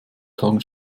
tagen